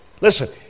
Listen